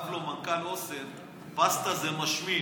כתב לו מנכ"ל אסם: פסטה זה משמין,